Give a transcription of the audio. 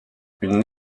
une